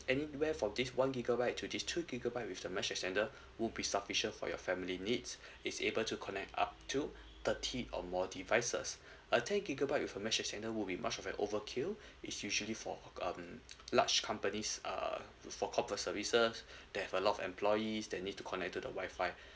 anywhere for this one gigabyte to this two gigabyte with the mesh extender would be sufficient for your family needs is able to connect up to thirty or more devices uh ten gigabyte with the mesh extender would be much of a overkill it's usually for um large companies uh for corporate services they have a lot of employees that need to connect to the Wi-Fi